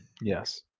Yes